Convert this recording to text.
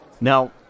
Now